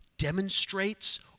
demonstrates